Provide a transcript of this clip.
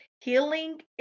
healing